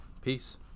peace